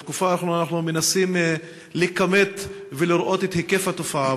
בתקופה האחרונה אנחנו מנסים לכמת ולראות את היקף התופעה,